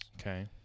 Okay